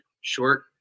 short